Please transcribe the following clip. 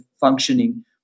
functioning